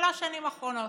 שלוש שנים אחרונות,